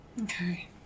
Okay